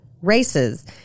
races